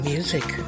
Music